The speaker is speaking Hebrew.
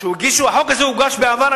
החוק הזה הוגש בעבר,